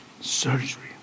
surgery